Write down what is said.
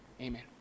Amen